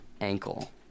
ankle